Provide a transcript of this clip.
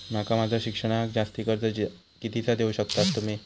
माका माझा शिक्षणाक जास्ती कर्ज कितीचा देऊ शकतास तुम्ही?